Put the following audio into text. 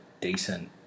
decent